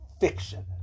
fiction